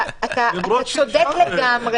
למרות שעדיין אפשר --- אתה צודק לגמרי.